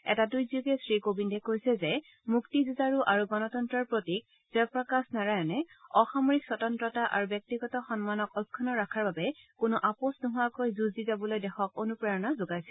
এটা টুইটযোগে শ্ৰী কোবিন্দে কৈছে যে মুক্তিযুঁজাৰু আৰু গণতন্ত্ৰৰ প্ৰতীক জয়প্ৰকাশ নাৰায়ণে অসামৰিক স্বতন্তা আৰু ব্যক্তিগত সন্মানক অক্ষুগ্ণ ৰখাৰ বাবে কোনো আপোচ নোহোৱাকৈ যুঁজ দি যাবলৈ দেশক অনুপ্ৰেৰণা যোগাইছিল